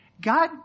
God